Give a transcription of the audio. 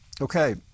Okay